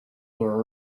were